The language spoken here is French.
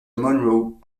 monroe